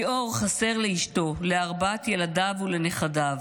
ליאור חסר לאשתו, לארבעת ילדיו ולנכדיו.